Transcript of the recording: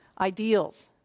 ideals